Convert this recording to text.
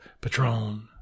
Patron